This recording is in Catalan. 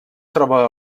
troba